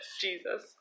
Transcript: Jesus